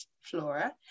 flora